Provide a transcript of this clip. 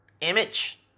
image